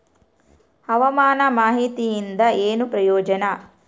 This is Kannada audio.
ಹವಾಮಾನ ಮಾಹಿತಿಯಿಂದ ಏನು ಪ್ರಯೋಜನ?